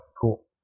Cool